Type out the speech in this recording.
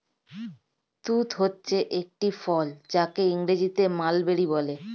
তুঁত হচ্ছে একটি ফল যাকে ইংরেজিতে মালবেরি বলে